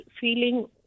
feeling